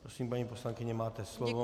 Prosím, paní poslankyně, máte slovo.